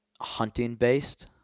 hunting-based